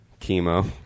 chemo